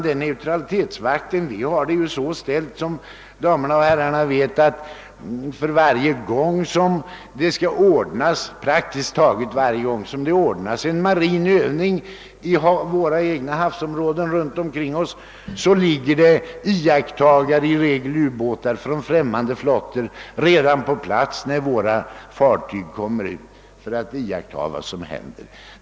Vad neutralitetsvakten beträffar erinrar jag om att vid praktiskt taget varje marin övning, som anordnas i havsområdena kring våra egna kuster, ligger främmande ubåtar på plats redan när de svenska fartygen anländer och iakttar vad som händer.